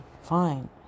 fine